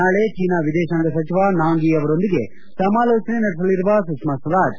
ನಾಳೆ ಚೀನಾ ವಿದೇಶಾಂಗ ಸಚಿವ ನಾಂಗ್ ಇ ಅವರೊಂದಿಗೆ ಸಮಾಲೋಚನೆ ನಡೆಸಲಿರುವ ಸುಷ್ನಾ ಸ್ತರಾಜ್